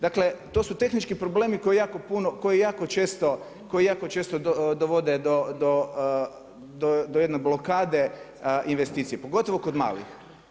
Dakle to su tehnički problemi koji jako puno, koji jako često dovode do jedne blokade investicije, pogotovo kod malih.